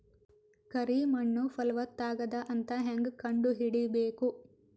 ಕರಿ ಮಣ್ಣು ಫಲವತ್ತಾಗದ ಅಂತ ಹೇಂಗ ಕಂಡುಹಿಡಿಬೇಕು?